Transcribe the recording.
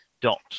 dot